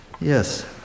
Yes